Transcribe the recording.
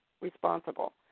responsible